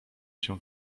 się